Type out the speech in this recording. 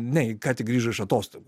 ne ji ką tik grįžo iš atostogų